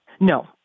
No